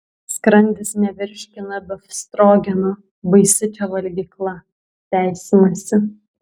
skrandis nevirškina befstrogeno baisi čia valgykla teisinasi